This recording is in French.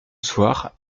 soir